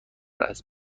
است